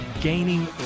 gaining